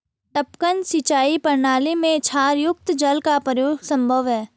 टपकन सिंचाई प्रणाली में क्षारयुक्त जल का प्रयोग संभव है